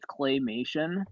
claymation